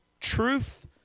Truth